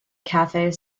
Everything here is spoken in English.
cafe